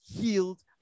healed